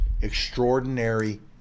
extraordinary